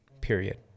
period